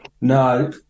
No